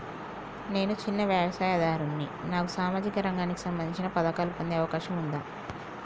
నేను చిన్న వ్యవసాయదారుడిని నాకు సామాజిక రంగానికి సంబంధించిన పథకాలు పొందే అవకాశం ఉందా?